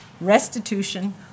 restitution